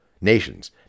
Nations